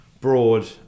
broad